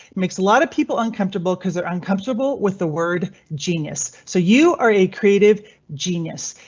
makes a lot of people uncomfortable cause they're uncomfortable with the word genius. so you are a creative genius.